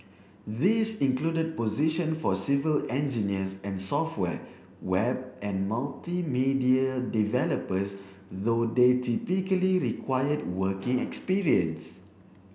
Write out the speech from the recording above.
these included position for civil engineers and software web and multimedia developers though they typically required working experience